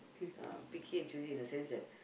uh picky and choosy in a sense that